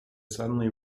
suddenly